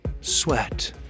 Sweat